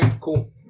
cool